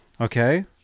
Okay